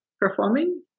performing